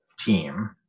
team